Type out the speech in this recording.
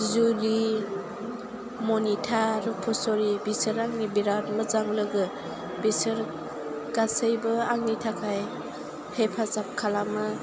जुलि मनिथा रुपसरि बिसोरो आंनि बिराद मोजां लोगो बिसोर गासैबो आंनि थाखाय हेफाजाब खालामो